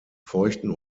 feuchten